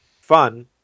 fun